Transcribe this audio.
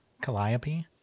Calliope